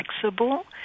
flexible